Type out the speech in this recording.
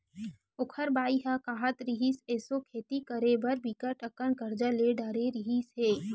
ओखर बाई ह काहत रिहिस, एसो खेती करे बर बिकट अकन करजा ले डरे रिहिस हे